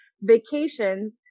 vacations